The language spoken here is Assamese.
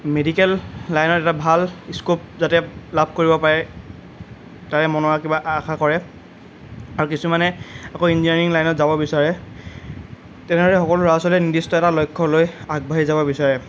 মেডিকেল লাইনত এটা ভাল স্ক'প যাতে লাভ কৰিব পাৰে তাৰে মনৰ কিবা আশা কৰে আৰু কিছুমানে আকৌ ইঞ্জিনিয়াৰিং লাইনত যাব বিচাৰে তেনেদৰে সকলো ল'ৰা ছোৱালীয়ে নিৰ্দিষ্ট এটা লক্ষ্য লৈ আগবাঢ়ি যাব বিচাৰে